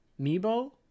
mebo